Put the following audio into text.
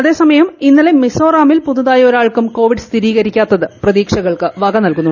അതേ സമയം ഇന്നലെ മിസോറാമിൽ പുതുതായി ഒരാൾക്കും രോഗം സ്ഥിരീകരിക്കാത്തത് പ്രതീക്ഷകൾക്ക് വക നൽകുന്നു